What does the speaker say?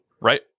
right